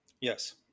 Yes